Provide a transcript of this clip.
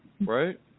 Right